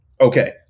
okay